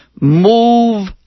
Move